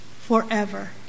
forever